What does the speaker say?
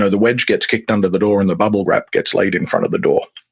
ah the wedge gets kicked under the door, and the bubble wrap gets laid in front of the door.